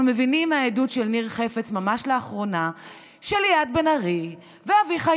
אנחנו מבינים מהעדות של ניר חפץ ממש לאחרונה שליאת בן ארי ואביחי